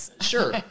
Sure